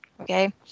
okay